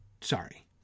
Sorry